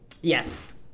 yes